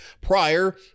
prior